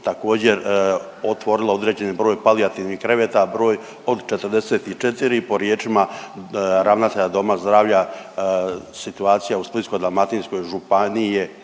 također otvorilo određeni broj palijativnih kreveta, broj od 44 po riječima ravnatelja doma zdravlja situacija u Splitsko-dalmatinskoj županiji je